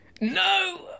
No